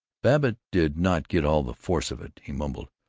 babbitt did not get all the force of it. he mumbled,